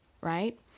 right